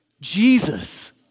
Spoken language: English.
Jesus